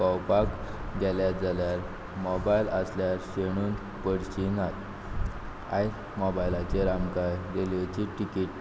भोंवपाक गेले जाल्यार मोबायल आसल्यार शेणून पडची नात आयज मोबायलाचेर आमकां रेल्वेची टिकेट